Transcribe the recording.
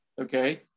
Okay